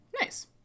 nice